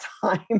time